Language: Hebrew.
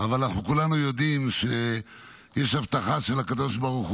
אבל כולנו יודעים שיש הבטחה של הקדוש ברוך